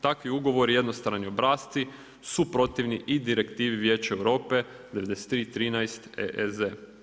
Takvi ugovori i jednostrani obrasci su protivni i direktivi Vijeća Europe 93-13/EEZ.